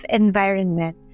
environment